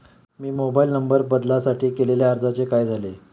मी mobile number बदलासाठी केलेल्या अर्जाचे काय झाले?